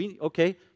okay